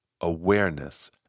awareness